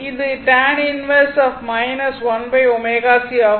இது tan 1 1ωc ஆகும்